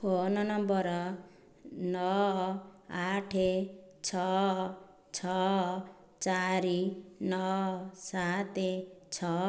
phone number ନଅ ଆଠ ଛଅ ଛଅ ଚାରି ନଅ ସାତ ଛଅ